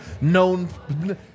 known